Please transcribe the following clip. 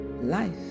life